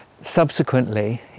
Subsequently